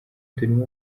turimo